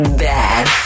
bad